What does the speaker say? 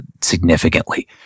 significantly